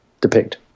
depict